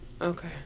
Okay